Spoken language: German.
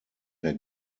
der